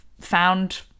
found